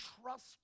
trust